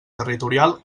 territorial